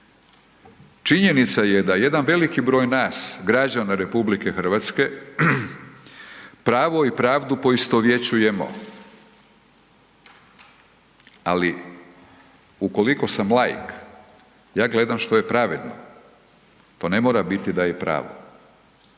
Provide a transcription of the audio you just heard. Činjenica je da jedan veliki broj nas građana RH pravo i pravdu poistovjećujemo, ali ukoliko sam laik ja gledam što je pravedno to ne mora biti da je i pravo.